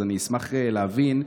אני אשמח להבין,